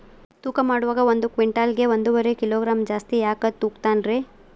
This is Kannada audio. ತೂಕಮಾಡುವಾಗ ಒಂದು ಕ್ವಿಂಟಾಲ್ ಗೆ ಒಂದುವರಿ ಕಿಲೋಗ್ರಾಂ ಜಾಸ್ತಿ ಯಾಕ ತೂಗ್ತಾನ ರೇ?